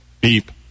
Beep